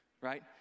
right